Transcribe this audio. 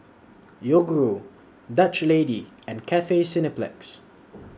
Yoguru Dutch Lady and Cathay Cineplex